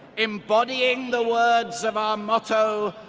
embodying the words of our motto,